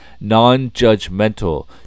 non-judgmental